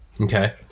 okay